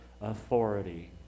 authority